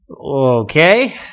Okay